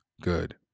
Good